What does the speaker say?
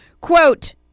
Quote